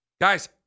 guys